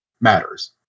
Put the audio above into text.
matters